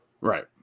Right